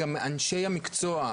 אנשי המקצוע,